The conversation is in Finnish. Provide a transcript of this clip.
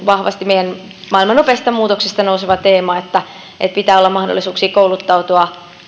vahvasti meidän maailman nopeista muutoksista nouseva teema että että pitää olla mahdollisuuksia kouluttautua